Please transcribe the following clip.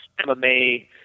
MMA